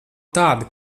tāda